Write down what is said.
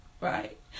right